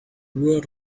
word